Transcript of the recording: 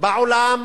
בעולם